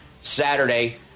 Saturday